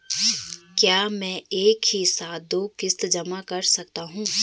क्या मैं एक ही साथ में दो किश्त जमा कर सकता हूँ?